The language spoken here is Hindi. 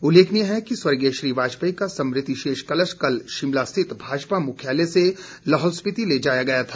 उल्लेखनीय है कि स्वर्गीय श्री वाजपेयी का स्मृति शेष कलश कल शिमला स्थित भाजपा मुख्यालय से लाहौल स्पीति ले जाया गया था